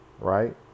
Right